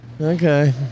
Okay